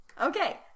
Okay